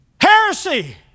Heresy